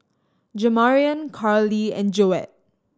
Jamarion Karlee and Joette